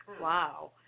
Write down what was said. Wow